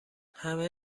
همه